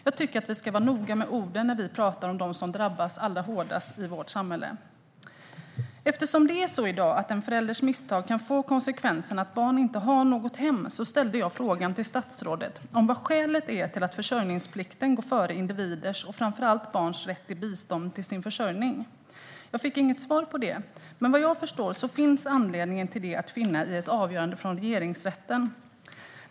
Jag tycker att vi ska vara noga med orden när vi pratar om dem som drabbats allra hårdast i vårt samhälle. Eftersom det är så i dag att en förälders misstag kan få konsekvensen att barn inte har något hem ställde jag frågan till statsrådet om vad skälet är till att försörjningsplikten går före individers och framför allt barns rätt till bistånd till sin försörjning. Jag fick inget svar på det, men vad jag förstår står anledningen till det att finna i ett avgörande från Regeringsrätten.